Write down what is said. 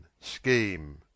scheme